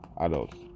adults